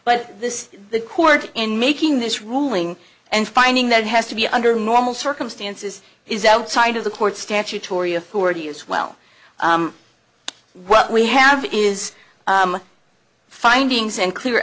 but this the court in making this ruling and finding that it has to be under normal circumstances is outside of the court's statutory authority as well what we have is findings and clear